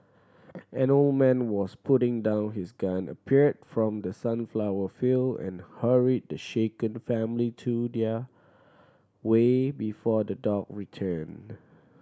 an old man was putting down his gun appeared from the sunflower field and hurried the shaken family to their way before the dog return